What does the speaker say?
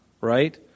Right